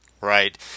Right